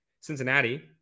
Cincinnati